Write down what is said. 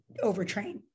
overtrain